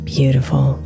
Beautiful